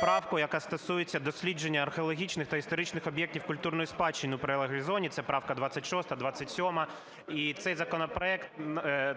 правку, яка стосується дослідження археологічних та історичних об'єктів культурної спадщини в прилеглій зоні - це правка 26-а, 27-а. І цей законопроект